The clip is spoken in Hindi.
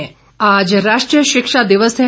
शिक्षा दिवस आज राष्ट्रीय शिक्षा दिवस है